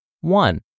One